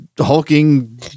hulking